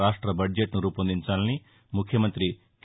రాష్ట బడ్జెట్ను రూపొందించాలని ముఖ్యమంతి కె